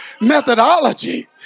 methodology